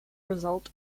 result